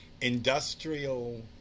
industrial